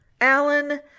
Alan